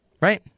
right